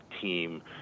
team